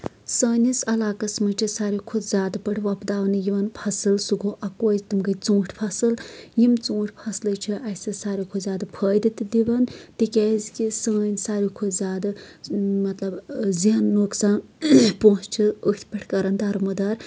سٲنِس علاقس منٛز چھِ ساروی کھوتہٕ زیادٕ بٔڑۍ وۄپداونہٕ یِوان فَصٕل سُہ گوٚو اَکوے تِم گٔیے ژوٗنٹھۍ فَصٕل یِم ژونٛٹھۍ فَصلٕے چھِ اَسہِ ساروی کھۄتہٕ زیادٕ فٲیدٕ تہِ دِوان تِکیازِ کہِ سٲنۍ ساروی کھۄتہٕ زیادٕ مطلب زینُک سۄ پۄنٛسہٕ چھِ أتھۍ پٮ۪ٹھ کران دارمَدار